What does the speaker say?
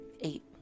Eight